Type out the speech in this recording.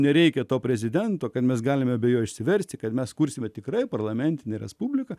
nereikia to prezidento kad mes galime be jo išsiversti kad mes kursime tikrai parlamentinė respublika